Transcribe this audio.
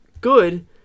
good